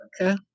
Okay